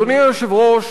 אדוני היושב-ראש,